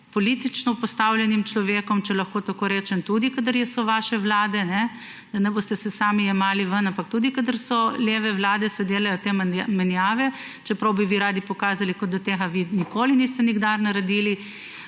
politično postavljenim človekom, če lahko tako rečem – tudi kadar so vaše vlade, da ne boste se sami jemali ven, ampak tudi kadar so leve vlade, se delajo te menjave, čeprav bi vi radi pokazali, da tega vi nikoli niste nikdar naredili.